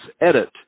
Edit